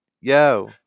Yo